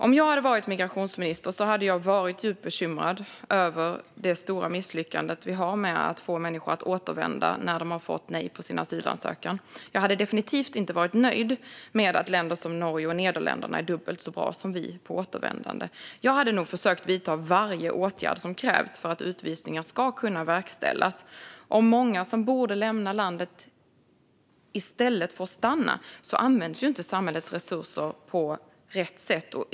Om jag hade varit migrationsminister hade jag varit djupt bekymrad över det stora misslyckande vi har med att få människor att återvända när de fått nej på sin asylansökan. Jag hade definitivt inte varit nöjd med att länder som Norge och Nederländerna är dubbelt så bra som vi på återvändande. Jag hade nog försökt vidta varje åtgärd som krävs för att utvisningar ska kunna verkställas. Om många som borde lämna landet i stället får stanna används inte samhällets resurser på rätt sätt.